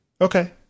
Okay